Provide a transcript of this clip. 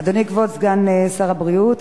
אדוני כבוד סגן שר הבריאות,